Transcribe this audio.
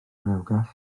rewgell